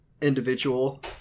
individual